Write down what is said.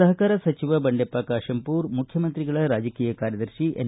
ಸಹಕಾರ ಸಚಿವ ಬಂಡೆಪ್ಪ ಕಾಶೆಂಪೂರ ಮುಖ್ಯಮಂತ್ರಿಗಳ ರಾಜಕೀಯ ಕಾರ್ಯದರ್ಶಿ ಎನ್